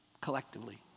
collectively